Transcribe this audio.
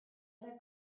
other